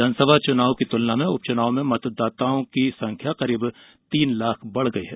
विधानसभा चुनाव की तुलना में उपच्चनाव में मतदाताओं की संख्या करीब तीन लाख बढ़ गई है